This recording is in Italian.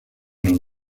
non